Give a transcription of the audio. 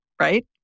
right